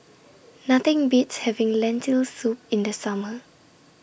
Nothing Beats having Lentil Soup in The Summer